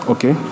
Okay